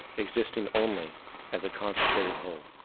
existing only as a concentrated whole.